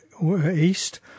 East